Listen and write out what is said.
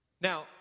Now